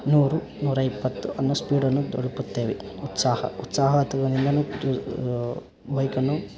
ನೂರು ನೂರ ಇಪ್ಪತ್ತು ಅನ್ನು ಸ್ಪೀಡನ್ನು ತಲುಪುತ್ತೇವೆ ಉತ್ಸಾಹ ಉತ್ಸಾಹ ತು ಬೈಕನ್ನು